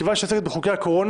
מכיוון שהיא עוסקת בחוקי הקורונה,